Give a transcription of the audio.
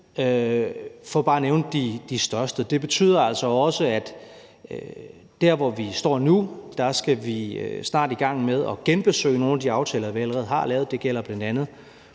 for bare at nævne de største. Det betyder altså også, at der, hvor vi står nu, skal vi snart i gang med at genbesøge nogle af de aftaler, vi allerede har lavet, og det gælder bl.a.